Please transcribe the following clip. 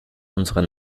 unserer